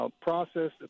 process